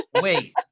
Wait